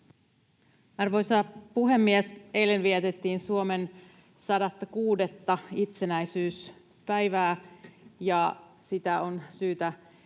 Arvoisa puhemies! Eilen vietettiin Suomen 106:tta itsenäisyyspäivää. Sitä on syytä